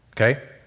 okay